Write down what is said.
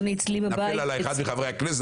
התנפל עליי אחד מחברי הכנסת,